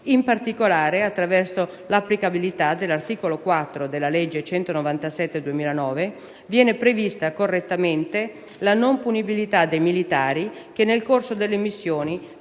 In particolare, attraverso l'applicabilità dell'articolo 4 della legge n. 197 del 2009, viene prevista correttamente la non punibilità dei militari che nel corso delle missioni